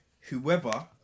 whoever